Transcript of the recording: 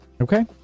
Okay